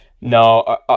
No